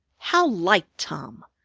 how like tom!